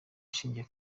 ashingiye